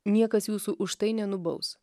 niekas jūsų už tai nenubaus